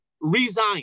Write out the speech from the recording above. resign